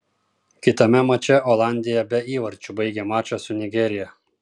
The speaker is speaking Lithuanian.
kitame mače olandija be įvarčių baigė mačą su nigerija